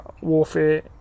warfare